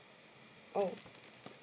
oh